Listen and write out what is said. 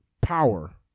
power